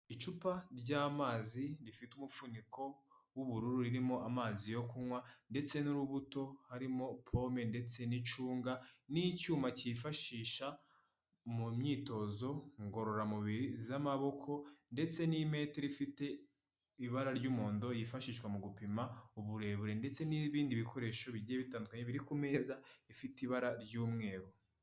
Icupa ry'amazi rifite umufuniko w'ubururu ririmo amazi yo kunywa ndetse n'urubuto, harimo porome ndetse n'icunga n'icyuma cyifashisha mu myitozo ngororamubiri z'amaboko ndetse n'imetero ifite ibara ry'umuhondo, yifashishwa mu gupima uburebure ndetse n'ibindi bikoresho bigiye bitandukanye, biri ku meza ifite ibara ry'umweru.